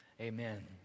Amen